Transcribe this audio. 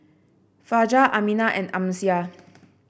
Fajar Aminah and Amsyar